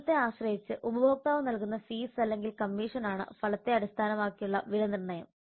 സേവനത്തെ ആശ്രയിച്ച് ഉപഭോക്താവ് നൽകുന്ന ഫീസ് അല്ലെങ്കിൽ കമ്മീഷനാണ് ഫലത്തെ അടിസ്ഥാനമാക്കിയുള്ള വിലനിർണ്ണയം